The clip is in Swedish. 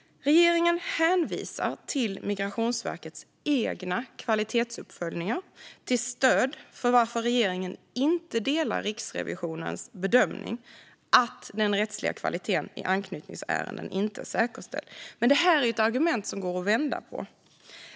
Regeringen hänvisar till Migrationsverkets egna kvalitetsuppföljningar till stöd för att regeringen inte delar Riksrevisionens bedömning att den rättsliga kvaliteten i anknytningsärenden inte är säkerställd. Detta argument går dock att vända på.